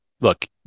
look